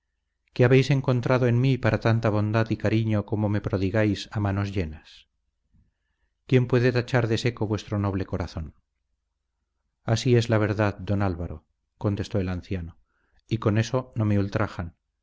qué habéis encontrado en mí para tanta bondad y cariño como me prodigáis a manos llenas quién puede tachar de seco vuestro noble corazón así es la verdad don álvaro contestó el anciano y con eso no me